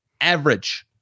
average